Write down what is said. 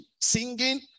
singing